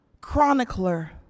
chronicler